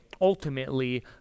ultimately